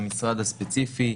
למשרד הספציפי,